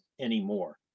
anymore